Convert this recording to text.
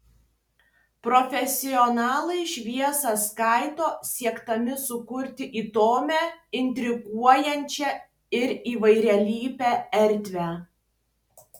profesionalai šviesą skaido siekdami sukurti įdomią intriguojančią ir įvairialypę erdvę